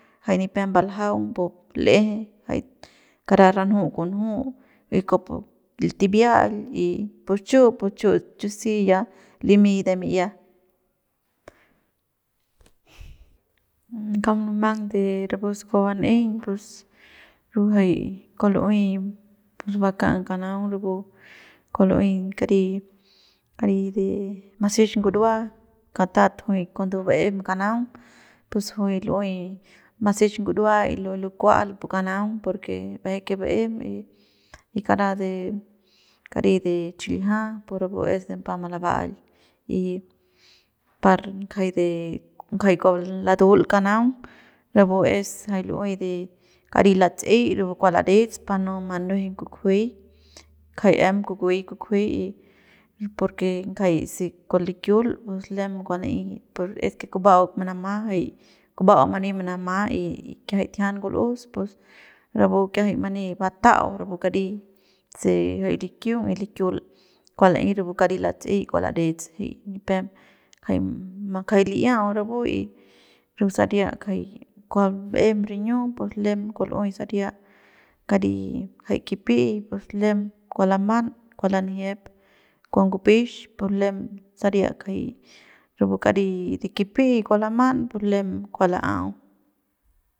Nipep mbaljaung mbul'eje jay kara runju kunju y kupu tibia'al y pus chu chu si ya limy de mi'ia kauk munumang de rapu se kua ban'eiñ pus rapu kua lu'uey baka'ang kanaung rapu kua lu'uey kari kari de masix ngurua katat juy cuando ba'em kanaung pus juy lu'uey masix ngurua y lo lu kual pu kanaung porque ba'eje que baem y kara de kari de chiljia pus rapu es pa malaba'ail y par ngjai de de jay kua latul kanaung rapu es lu'uey de kari latsey rapu kua larets pa no manuejeiñ kukjuey kjay em kukuey kukjuey y porque ngjai se kua likiul pus lem kua manaey pus es que kuba'au kua manama jay kuba'au mani manama y kiajay tijian ngul'us pus rapu kiajay many batau rapu kari se jay likiung y likiul kua la'ey rapu kari latsey kua larets y nipem jay kjay li'iau rapu y rapu saria kjay kua ba'em riñiu pus lem kua lu'uey saria kari jay kipi'y lem kua laman kua lanjiep kua ngupix pus lem saria kjay rapu kari de kipiy kua laman pu lem kua la'au.